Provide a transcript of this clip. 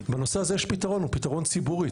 יש פתרון הוא פתרון ציבורי,